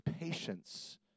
patience